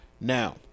Now